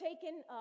taken